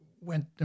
went